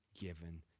given